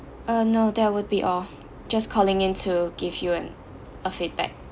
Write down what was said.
uh no that would be all just calling in to give you an a feedback